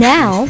Now